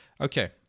Okay